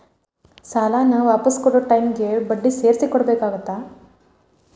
ಸಾಲಾನ ವಾಪಿಸ್ ಕೊಡೊ ಟೈಮಿಗಿ ಬಡ್ಡಿ ಸೇರ್ಸಿ ಕೊಡಬೇಕಾಗತ್ತಾ